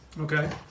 Okay